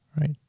Right